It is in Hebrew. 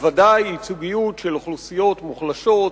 ובוודאי ייצוגיות של אוכלוסיות מוחלשות,